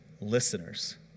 listeners